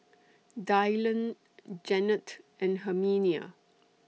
Dylon Jannette and Herminia